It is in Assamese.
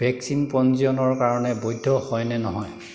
ভেকচিন পঞ্জীয়নৰ কাৰণে বৈধ হয় নে নহয়